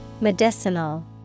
Medicinal